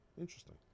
Interesting